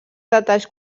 detalls